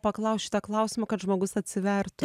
paklaust šitą klausimą kad žmogus atsivertų